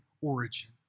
origin